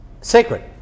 sacred